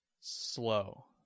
slow